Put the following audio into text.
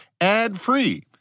ad-free